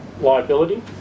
liability